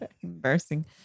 Embarrassing